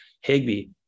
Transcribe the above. Higby